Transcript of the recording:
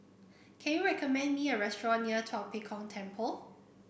can you recommend me a restaurant near Tua Pek Kong Temple